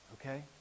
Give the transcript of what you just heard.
okay